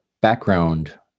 background